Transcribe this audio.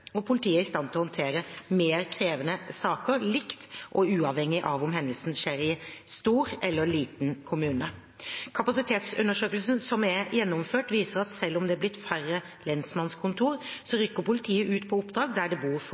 og politiet er i stand til å håndtere mer krevende saker likt og uavhengig av om hendelsen skjer i en stor eller liten kommune. Kapasitetsundersøkelsen som er gjennomført, viser at selv om det er blitt færre lensmannskontor, så rykker politiet ut på oppdrag der det bor